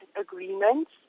agreements